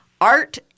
art